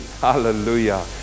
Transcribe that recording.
Hallelujah